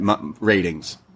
ratings